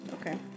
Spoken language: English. Okay